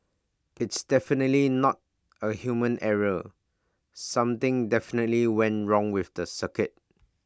it's definitely not A human error something definitely went wrong with the circuit